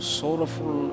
sorrowful